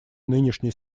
нынешней